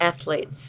athletes